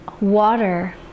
water